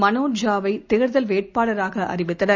மனோஜ் ஜா வை தேர்தல் வேட்பாளராக அறிவித்தனர்